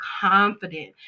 confident